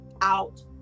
out